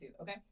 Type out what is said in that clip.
okay